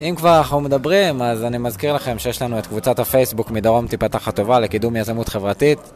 אם כבר אנחנו מדברים, אז אני מזכיר לכם שיש לנו את קבוצת הפייסבוק מדרום תיפתח הטובה לקידום יזמות חברתית.